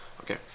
Okay